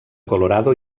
colorado